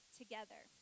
together